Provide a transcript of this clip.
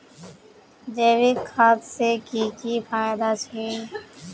जैविक खाद से की की फायदा छे?